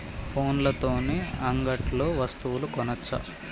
ఫోన్ల తోని అంగట్లో వస్తువులు కొనచ్చా?